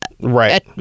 right